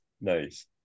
Nice